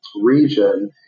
region